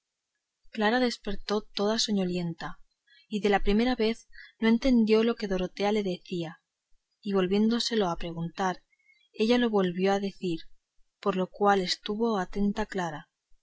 clara despertó toda soñolienta y de la primera vez no entendió lo que dorotea le decía y volviéndoselo a preguntar ella se lo volvió a decir por lo cual estuvo atenta clara